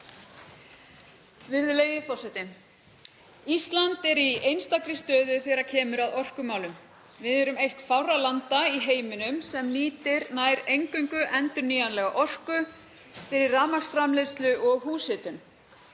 Virðulegi forseti. Ísland er í einstakri stöðu þegar kemur að orkumálum. Við erum eitt fárra landa í heiminum sem nýtir nær eingöngu endurnýjanlega orku fyrir rafmagnsframleiðslu og húshitun.